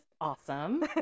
awesome